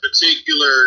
particular